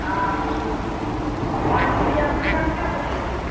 आओर पान पुड़िआके टाकाके देतय